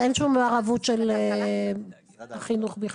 אין שום מעורבות של החינוך בכלל.